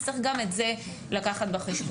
צריך גם את זה לקחת בחשבון.